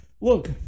Look